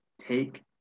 take